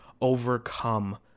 overcome